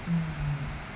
mm